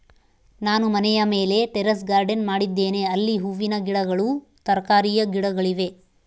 ನಾನು ಮನೆಯ ಮೇಲೆ ಟೆರೇಸ್ ಗಾರ್ಡೆನ್ ಮಾಡಿದ್ದೇನೆ, ಅಲ್ಲಿ ಹೂವಿನ ಗಿಡಗಳು, ತರಕಾರಿಯ ಗಿಡಗಳಿವೆ